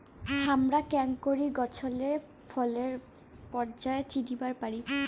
হামরা কেঙকরি ফছলে ফুলের পর্যায় চিনিবার পারি?